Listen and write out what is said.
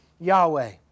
Yahweh